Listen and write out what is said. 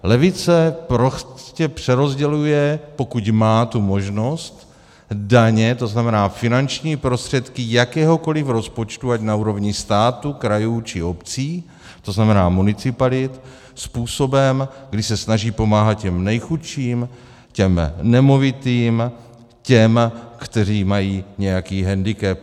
Levice prostě přerozděluje, pokud má tu možnost, daně, to znamená, finanční prostředky jakéhokoliv rozpočtu, ať na úrovni státu, krajů, či obcí, to znamená municipalit, způsobem, kdy se snaží pomáhat těm nejchudším, těm nemovitým, těm, kteří mají nějaký hendikep.